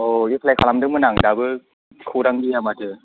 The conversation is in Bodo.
औ एफ्लाइ खालामदोंमोन आं दाबो खौरां गैया माथो